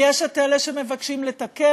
כי יש את אלה שמבקשים לתקן,